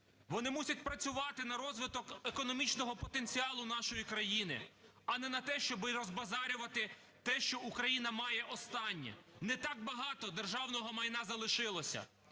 Вони мусять працювати на розвиток економічного потенціалу нашої країни, а не на те, щоби розбазарювати те, що Україна має останнє, не так багато державного майна залишилося.